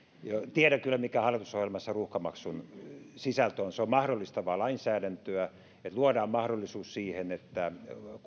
tiedän kyllä mikä hallitusohjelmassa ruuhkamaksun sisältö on se on mahdollistavaa lainsäädäntöä luodaan mahdollisuus että